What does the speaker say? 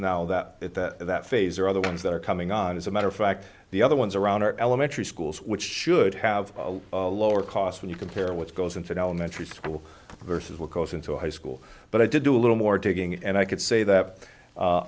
now that that that phase or other ones that are coming on as a matter of fact the other ones around are elementary schools which should have a lower cost when you compare what goes into an elementary school versus what goes into a high school but i did do a little more digging and i could say that